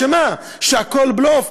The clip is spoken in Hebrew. שמה, שהכול בלוף?